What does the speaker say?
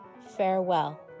farewell